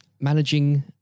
managing